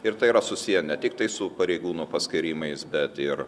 ir tai yra susiję ne tiktai su pareigūnų paskyrimais bet ir